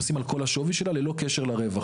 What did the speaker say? ממסים על כל השווי שלה ללא קשר לרווח.